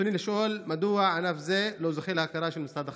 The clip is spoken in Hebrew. ברצוני לשאול: 1. מדוע ענף זה לא זוכה להכרה של משרד החקלאות?